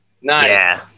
Nice